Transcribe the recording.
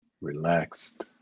Relaxed